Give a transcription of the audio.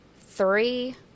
three